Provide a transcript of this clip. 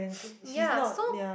ya so